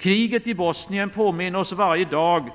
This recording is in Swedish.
Kriget i Bosnien påminner oss varje dag